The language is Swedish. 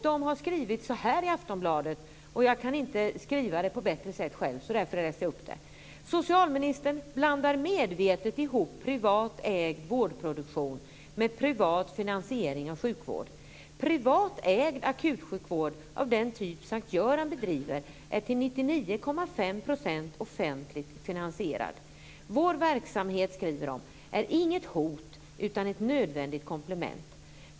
De har skrivit så här i Aftonbladet, och jag kan inte uttrycka det bättre själv: "Socialministern blandar medvetet ihop privatägd vårdproduktion med privat finansiering av sjukvård. Privatägd akutsjukvård av den typ S:t Göran bedriver är till 99,5 % offentligt finansierad. Vår verksamhet är inget hot utan ett nödvändigt komplement.